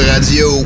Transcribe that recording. Radio